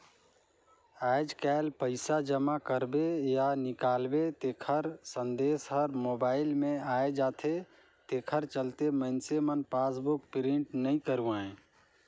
आयज कायल पइसा जमा करबे या निकालबे तेखर संदेश हर मोबइल मे आये जाथे तेखर चलते मइनसे मन पासबुक प्रिंट नइ करवायें